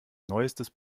neuestes